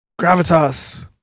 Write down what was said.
Gravitas